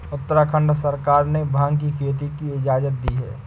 उत्तराखंड सरकार ने भाँग की खेती की इजाजत दी है